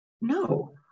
no